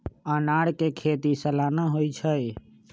अनारकें खेति सलाना होइ छइ